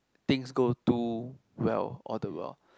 things go too well all the while